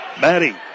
Maddie